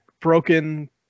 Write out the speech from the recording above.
broken